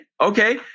Okay